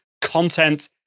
Content